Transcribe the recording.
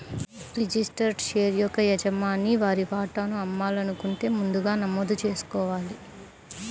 registered share యొక్క యజమాని వారి వాటాను అమ్మాలనుకుంటే ముందుగా నమోదు చేసుకోవాలి